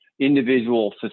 individual